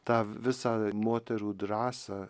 tą visą moterų drąsą